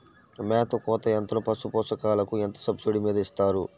మేత కోత యంత్రం పశుపోషకాలకు ఎంత సబ్సిడీ మీద ఇస్తారు?